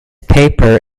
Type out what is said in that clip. paper